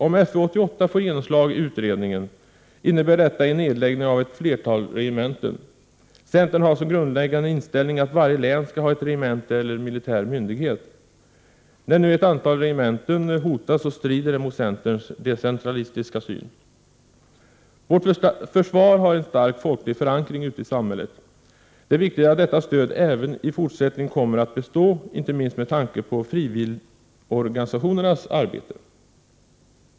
Om FU 88 får genomslag i utredningen innebär detta en nedläggning av ett flertal regementen. Centern har som grundläggande inställning att varje län skall ha ett regemente eller militär myndighet. När nu ett antal regementen hotas, strider det mot centerns decentralistiska syn. Vårt försvar har en stark folklig förankring ute i samhället. Det är viktigt att detta stöd även i fortsättningen kommer att bestå, inte minst med tanke på frivilligorganisationernas arbete.